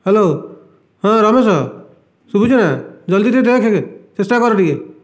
hello ହଁ ରମେଶ ଶୁଭୁଚି ନା ଜଲ୍ଦି ଟିକିଏ ଦେଖେ ଚେଷ୍ଟା କର ଟିକିଏ